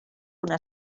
una